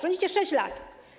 Rządzicie 6 lat.